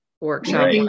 workshop